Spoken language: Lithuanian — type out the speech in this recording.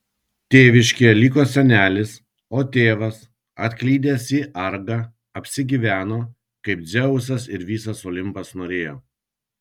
tėviškėje liko senelis o tėvas atklydęs į argą apsigyveno kaip dzeusas ir visas olimpas norėjo